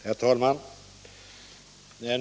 Herr talman!